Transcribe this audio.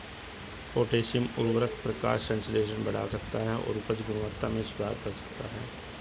potassium उवर्रक प्रकाश संश्लेषण बढ़ा सकता है और उपज गुणवत्ता में सुधार कर सकता है